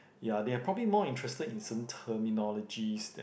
yeah they are probably interested in certain terminologies that